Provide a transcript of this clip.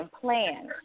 plan